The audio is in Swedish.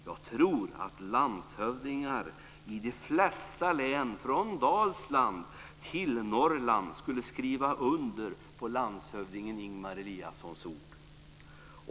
Jag tror att landshövdingar i de flesta län från Dalsland till Norrland skulle skriva under på landshövding Eliassons ord.